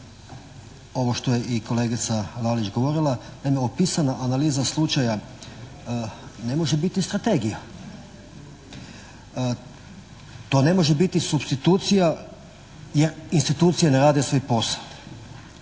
ovo što je i kolegica Lalić govorila. Naime, opisana analiza slučaja ne može biti strategija. To ne može biti supstitucija jer institucije ne rade svoj posao.